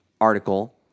article